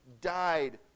died